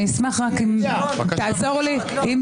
אני אשמח רק אם תעזור לי רגע.